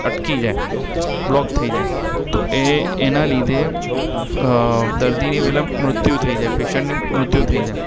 અટકી જાય બ્લૉક થઈ જાય તો એ એના લીધે અ દર્દીની પહેલાં મૃત્યુ થઈ જાય પેશન્ટની મૃત્યુ થઈ જાય